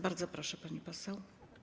Bardzo proszę, pani poseł.